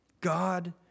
God